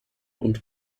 und